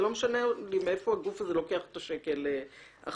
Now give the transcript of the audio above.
לא משנה מאיפה הגוף הזה לוקח את השקל החסר.